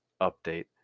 Update